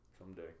someday